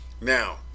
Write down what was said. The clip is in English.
Now